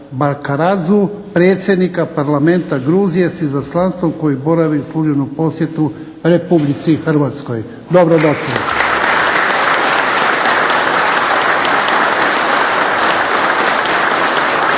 BArkaradzeu, predsjednika parlamenta Gruzije s izaslanstvom koji boravi u službenom posjetu RH. Dobrodošli.